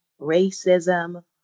racism